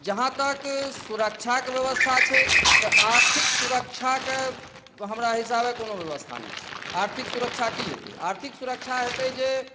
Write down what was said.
जहाँ तक सुरक्षाके व्यवस्था छै तऽ आर्थिक सुरक्षाके हमरा हिसाबे कोनो व्यवस्था नहि छै आर्थिक सुरक्षा की हेतै आर्थिक सुरक्षा हेतै जे